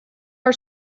our